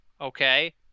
Okay